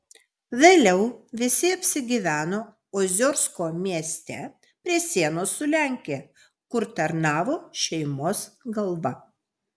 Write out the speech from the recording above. vėliau visi apsigyveno oziorsko mieste prie sienos su lenkija kur tarnavo šeimos galva